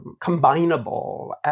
combinable